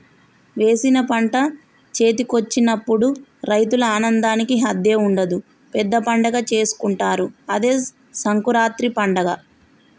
వేసిన పంట చేతికొచ్చినప్పుడు రైతుల ఆనందానికి హద్దే ఉండదు పెద్ద పండగే చేసుకుంటారు అదే సంకురాత్రి పండగ